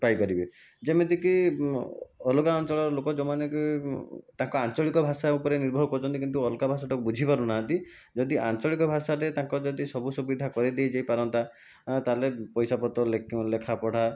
ପାଇପାରିବେ ଯେମିତି କି ଅଲଗା ଅଞ୍ଚଳର ଲୋକ ଯେଉଁମାନେ କି ତାଙ୍କ ଆଞ୍ଚଳିକ ଭାଷା ଉପରେ ନିର୍ଭର କରୁଛନ୍ତି କିନ୍ତୁ ଅଲଗା ଭାଷାଟାକୁ ବୁଝିପାରୁନାହାନ୍ତି ଯଦି ଆଞ୍ଚଳିକ ଭାଷାରେ ତାଙ୍କର ଯଦି ସବୁ ସୁବିଧା କରିଦେଇ ଯାଇପାରନ୍ତା ତା'ହେଲେ ପଇସାପତ୍ର ଲେଖା ପଢ଼ା